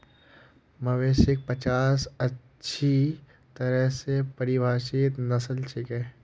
मवेशिक पचास अच्छी तरह स परिभाषित नस्ल छिके